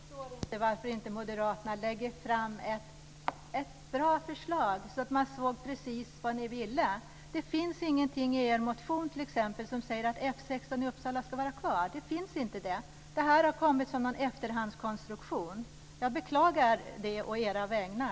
Fru talman! Jag förstår inte varför inte moderaterna lägger fram ett bra förslag så att man ser precis vad ni vill. Det finns t.ex. ingenting i er motion som säger att F 16 i Uppsala ska vara kvar. Det finns inte. Det här har kommit som en efterhandskonstruktion. Jag beklagar det å era vägnar.